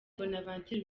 bonaventure